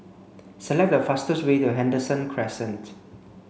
select the fastest way to Henderson Crescent